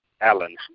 Allen